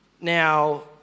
Now